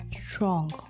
strong